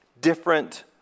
different